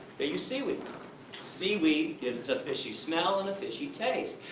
they use seaweed. seaweed gives the fishy smell and the fishy taste.